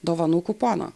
dovanų kupono